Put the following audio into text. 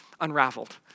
unraveled